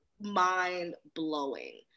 mind-blowing